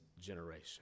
generation